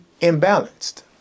imbalanced